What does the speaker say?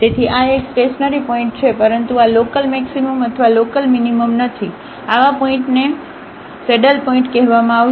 તેથી આ એક સ્ટેશનરીપોઇન્ટ છે પરંતુ આ લોકલમેક્સિમમ અથવા લોકલમીનીમમ નથી અને આવા પોઇન્ટને આવા પોઇન્ટને સેડલ પોઇન્ટ કહેવામાં આવશે